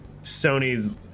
sony's